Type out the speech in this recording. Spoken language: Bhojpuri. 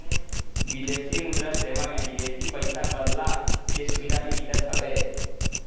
विदेशी मुद्रा सेवा में विदेशी पईसा बदलला के सुविधा भी मिलत हवे